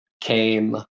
came